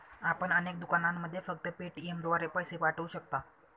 आपण अनेक दुकानांमध्ये फक्त पेटीएमद्वारे पैसे पाठवू शकता